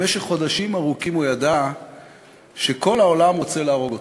במשך חודשים ארוכים הוא ידע שכל העולם רוצה להרוג אותו,